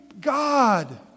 God